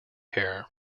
hair